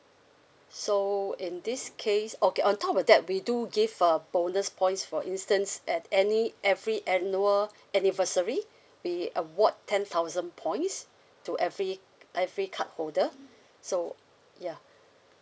so in this case okay on top of that we do give uh bonus points for instance at any every annual anniversary we award ten thousand points to every every cardholder so ya